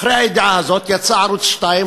אחרי הידיעה הזאת יצא ערוץ 2,